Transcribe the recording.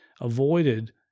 avoided